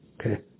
Okay